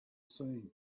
seen